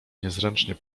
niezręcznie